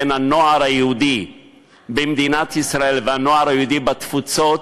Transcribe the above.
בין הנוער היהודי במדינת ישראל והנוער היהודי בתפוצות,